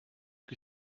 que